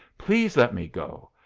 please let me go.